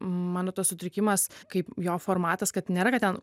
mano tas sutrikimas kaip jo formatas kad nėra kad ten